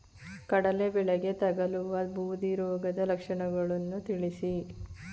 ಕಡಲೆ ಬೆಳೆಗೆ ತಗಲುವ ಬೂದಿ ರೋಗದ ಲಕ್ಷಣಗಳನ್ನು ತಿಳಿಸಿ?